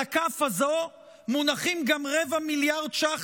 על הכף הזו מונחים גם רבע מיליארד ש"ח